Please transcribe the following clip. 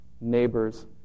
neighbors